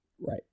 Right